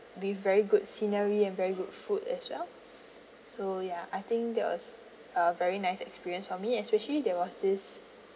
with very good scenery and very good food as well so ya I think that was a very nice experience for me especially there was this